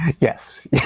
Yes